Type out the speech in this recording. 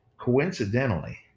coincidentally